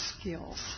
skills